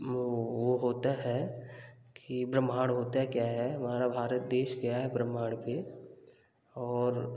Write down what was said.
वो वो होता है कि ब्रह्माण्ड होता क्या है हमारा भारत देश गया है ब्रह्माण्ड पे और